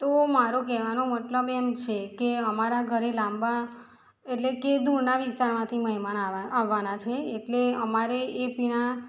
તો મારો કહેવાનો મતલબ એમ છે કે અમરા ઘરે લાંબા એટલે કે દૂરના વિસ્તારમાંથી મહેમાન આવવાના છે એટલે અમારે એ પીણાં